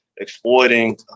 exploiting